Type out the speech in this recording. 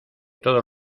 todos